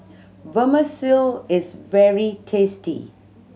Vermicelli is very tasty